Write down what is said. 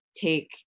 take